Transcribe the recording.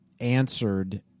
answered